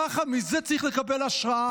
ככה, מזה צריך לקבל השראה.